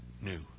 new